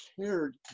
cared